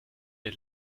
der